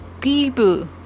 people